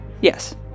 Yes